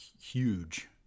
huge